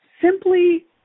simply